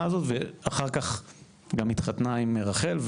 הזאת ואחר כך הוא גם התחתן עם רחל,